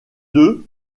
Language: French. deux